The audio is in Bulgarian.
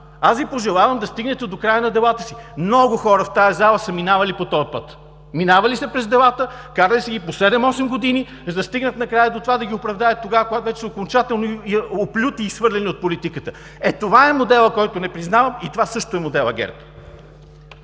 Вас. Пожелавам Ви да стигнете до края на делата си. Много хора в тази зала са минавали по този път – минавали са през делата, карали са ги по 7 - 8 години, за да стигнат накрая до това да ги оправдаят тогава, когато вече окончателно са оплюти и изхвърлени от политиката. Това е моделът, който не признавам, и това също е моделът ГЕРБ.